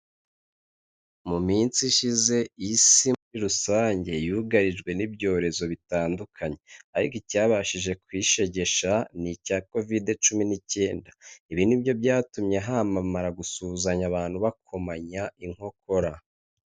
Mu minsi ishize isi muri rusange, yugarijwe n'ibyorezo bitandukanye ariko icyabashije kuyishegesha, ni icya kovide cumi n'icyenda. Ibi ni byo byatumye hamamara gusuhuzanya abantu bakomanya inkokora.